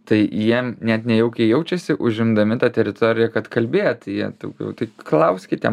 tai jiem net nejaukiai jaučiasi užimdami tą teritoriją kad kalbėti jie daugiau tai klauskite